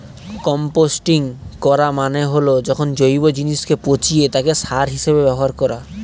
composting করা মানে হল যখন জৈব জিনিসকে পচিয়ে তাকে সার হিসেবে ব্যবহার করা